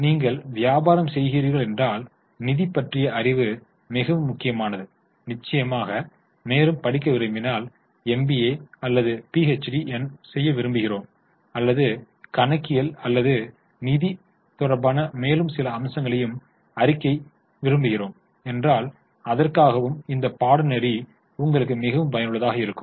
நீங்கள் வியாபாரம் செய்கிறீர்கள் என்றால் நிதி பற்றிய அறிவு மிகவும் முக்கியமானது நீங்கள் மேலும் படிக்க விரும்பினால் எம்பிஏ அல்லது பிஎச்டி செய்ய விரும்புகிறோம் அல்லது கணக்கியல் அல்லது நிதி தொடர்பான மேலும் சில அம்சங்களை அறிய விரும்புகிறோம் என்றால் அதற்காகவும் இந்த பாடநெறி உங்களுக்கு மிகவும் பயனுள்ளதாக இருக்கும்